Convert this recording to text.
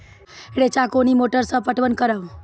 रेचा कोनी मोटर सऽ पटवन करव?